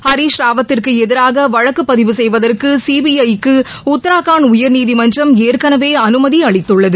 ஹரீஸ் ராவத்திற்கு எதிராக வழக்குப்பதிவு செய்வதற்கு சிபிஐக்கு உத்தரகாண்ட் உயர்நீதிமன்றம் ஏற்கனவே அனுமதி அளித்துள்ளது